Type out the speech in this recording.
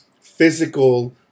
physical